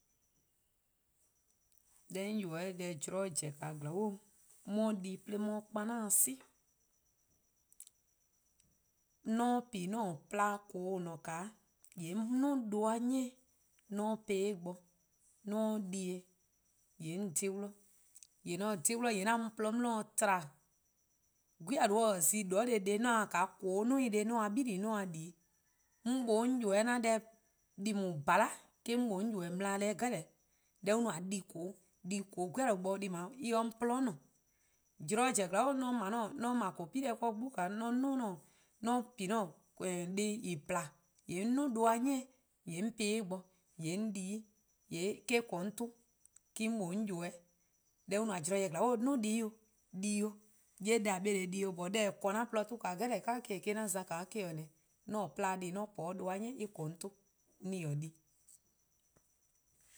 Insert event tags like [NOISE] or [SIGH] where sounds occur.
Deh 'on ybeh-a :mor zorn zen zorn bo 'on 'ye-a di 'de 'on 'ye-a 'de zorn-dih 'si,:. or 'on pi 'an-a' plaa' :koo: :or :ne-a 'o, :yee' 'on 'duo: duh-a 'ni 'on po-eh 'de en bo 'de 'an di-ih, :yee' 'on :dhe-dih. :yee :mor 'on :dhe-dih :yee' 'an mu :porluh 'di-dih :tba. :mor 'gwie: 'yluh bo :taa zi 'on :se-a :koo: 'duo: 'i :ne :dele-ka 'on se-uh-a di-', 'on :mlor 'on ybeh-a deh [HESITATION] :bhala' or-: 'on ybeh mla-' deh-' deh 'jeh. Deh an no-a di :koo: di :koo: 'gwie: 'yluh bo deh+ :dao' en se 'o 'on :gwlii' :ne :mor zorn zen zorn bo :mor [HESITATION] 'on 'ble :koo:-plu+ 'de 'gbu :an 'ye-a [HESITATION] :mor 'on pi 'an :koo: :or pla-a', 'on 'duo: duh-a 'ni-' :on po-eh 'de en bo :yee' 'o bi-'. :yee' eh-: :korn 'o n 'ton me-: 'on mlor 'on ybeh-'. Deh an no-a zorn zen :duo' deh+-' di ih, 'ye deh 'neh di-eh, jorwor: deh :eh :korn-a :porluh 'ton deh 'jeh eh-: 'an za-' deh 'jeh. 'An pla-dih: :mor 'on po 'de duh-a 'ni eh :korn 'on 'ton :mor ;on taa-ih di